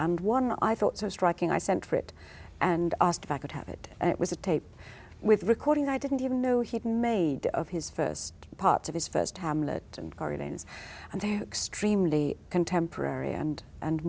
him one i thought so striking i sent for it and asked if i could have it and it was a tape with recording i didn't even know he'd made of his first part of his first hamlet and gardens and extremely contemporary and and